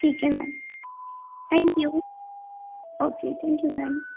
ठीक है ma'am thank you okay thank you ma'am